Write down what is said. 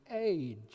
age